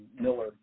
Miller